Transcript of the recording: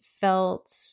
felt